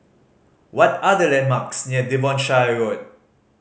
what are the landmarks near Devonshire Road